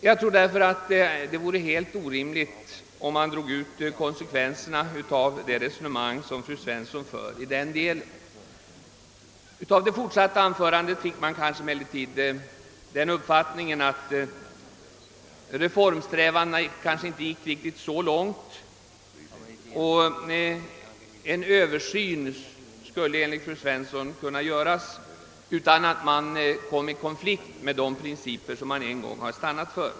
Jag tror därför att följderna skulle visa sig helt orimliga om man drog ut konsekvenserna av det resonemang fru Svensson för i denna del. Av det fortsatta anförandet fick man emellertid den uppfattningen, att reformsträvandena kanske inte sträckte sig så långt; en översyn skulle enligt fru Svensson kunna göras utan att man kom i konflikt med de principer vi en gång stannat för.